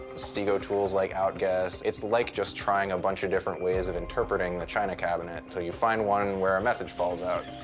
stego tools like outguess, it's like just trying a bunch of different ways of interpreting the china cabinet till you find one where a message falls out.